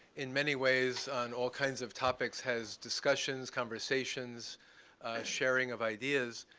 in many ways, on all kinds of topics, has discussions, conversations, a sharing of ideas.